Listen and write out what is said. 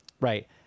Right